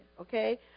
okay